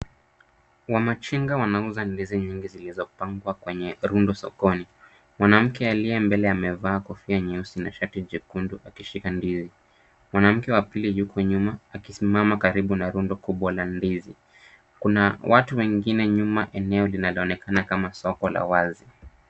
Wanachinga wanauza ndizi nyingi zilizopangwa kwenye rundo sokoni. Mwanamke aliye mbele amevaa kofia nyeusi na shati jekundu akishika ndizi. Mwanamke wa pili yuko nyuma, akisimama karibu na rundo kubwa la ndizi. Kuna watu wengine nyuma eneo linaloonekana kama soko la wazi.